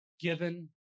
given